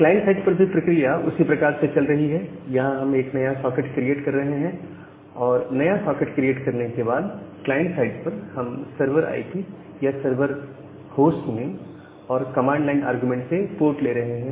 client side पर भी प्रक्रिया उसी प्रकार से चल रही हैं यहां हम एक नया सॉकेट क्रिएट कर रहे हैं और नया सॉकेट क्रिएट करने के बाद क्लाइंट साइड पर हम सर्वर आईपी या सर्वर होस्ट नेम और कमांड लाइन आरग्यूमेंट से पोर्ट ले रहे हैं